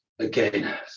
Again